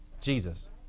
Jesus